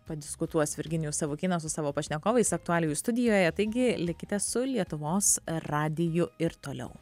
padiskutuos virginijus savukynas su savo pašnekovais aktualijų studijoje taigi likite su lietuvos radiju ir toliau